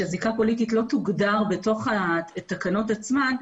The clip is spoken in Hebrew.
שזיקה פוליטית לא תוגדר בתוך התקנות עצמן,